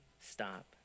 stop